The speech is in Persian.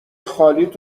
خالیت